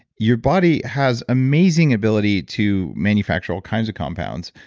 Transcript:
your body has amazing ability to manufacture all kinds of compounds,